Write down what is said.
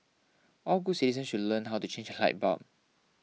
all good citizens should learn how to change a light bulb